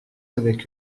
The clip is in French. avec